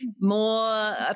More